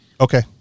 okay